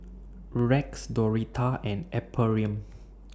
Rex Doretha and Ephriam